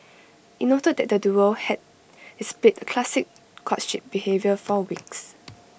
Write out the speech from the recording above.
IT noted that the duo had displayed classic courtship behaviour for weeks